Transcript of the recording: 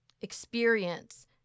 experience